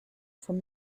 from